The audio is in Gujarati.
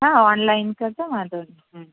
હા ઓનલાઇન કરી દો વાંધોનહીં